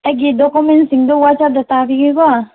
ꯑꯩꯒꯤ ꯗꯣꯀꯨꯃꯦꯟꯁꯤꯡꯗꯣ ꯋꯥꯆꯞꯇ ꯊꯥꯕꯤꯒꯦꯀꯣ